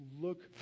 look